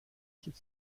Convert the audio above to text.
hit